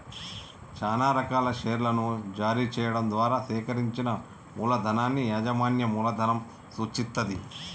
చానా రకాల షేర్లను జారీ చెయ్యడం ద్వారా సేకరించిన మూలధనాన్ని యాజమాన్య మూలధనం సూచిత్తది